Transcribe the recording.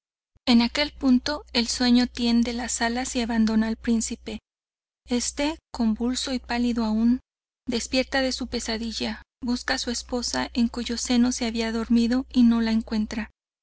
en aquel punto el sueño tiende las alas y abandona al príncipe este convulso y pálido aun despierta de su pesadilla busca a su esposa en cuyo seno se había dormido y no la encuentra